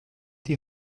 die